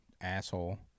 asshole